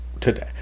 today